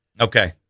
Okay